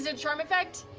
so charm effect?